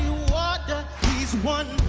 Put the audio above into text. water he's one